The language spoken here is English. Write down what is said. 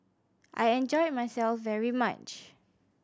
I enjoyed myself very much